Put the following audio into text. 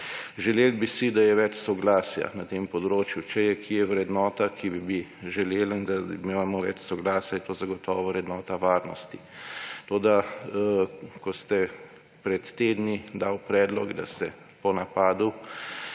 Želeli bi si, da je več soglasja na tem področju. Če je kje vrednota, pri kateri bi želeli, da imamo več soglasja, je to zagotovo vrednota varnosti. Ko ste pred tedni dali predlog, da se po napadu